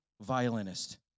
violinist